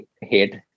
hate